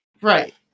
Right